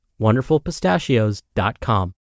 WonderfulPistachios.com